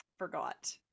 forgot